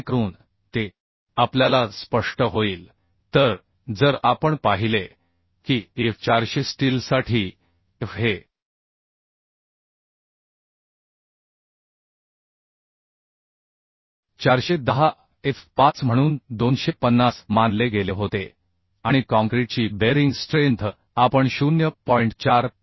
जेणेकरून ते आपल्याला स्पष्ट होईल तर जर आपण पाहिले की Fe 400 स्टीलसाठी Fe हे 410 F 5 म्हणून 250 मानले गेले होते आणि काँक्रीटची बेअरिंग स्ट्रेंथ आपण 0